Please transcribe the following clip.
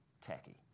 tacky